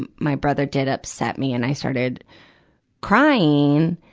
and my brother did upset me, and i started crying.